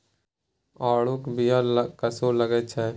आड़ूक बीया कस्सो लगैत छै